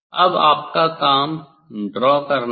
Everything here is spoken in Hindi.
अब आपका काम ड्रा करना है